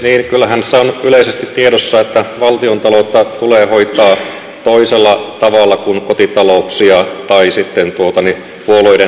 niin kyllähän se on yleisesti tiedossa että valtiontaloutta tulee hoitaa toisella tavalla kuin kotitalouksia tai sitten puolueiden talouksia